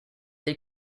they